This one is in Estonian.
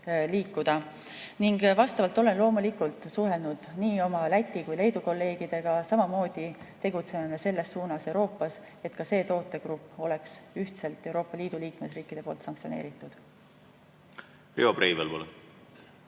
liikuda. Olen loomulikult suhelnud nii oma Läti kui Leedu kolleegidega. Samamoodi tegutseme selles suunas Euroopas, et ka see tootegrupp oleks ühtselt Euroopa Liidu liikmesriikide poolt sanktsioneeritud. Aitäh!